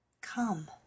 COME